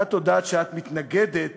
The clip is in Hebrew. את הודעת שאת מתנגדת